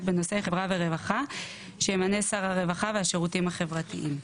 בנושאי חברה ורווחה שימנה שר הרווחה והשירותים החברתיים,".